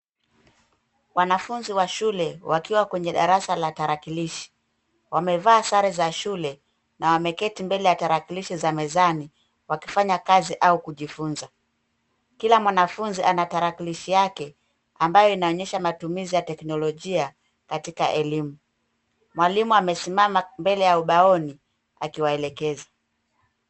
Wanafunzi wa shule wakiwa kwenye darasa la tarakilishi .Wamevaa sare za shule na wameketi mbele ya tarakilishi za mezani wakifanya kazi au kujifunza. Kila mwanafunzi ana tarakilishi yake ambayo inaonyesha matumizi ya teknolojia katika elimu. Mwalimu amesimama mbele ya ubaoni akiwaelekeza.